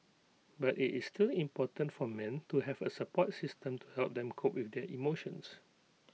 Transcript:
but IT is still important for men to have A support system to help them cope with their emotions